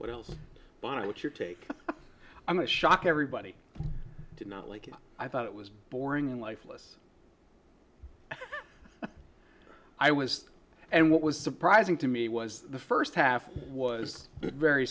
what else but what's your take i'm going to shock everybody did not like it i thought it was boring and lifeless i was and what was surprising to me was the first half was very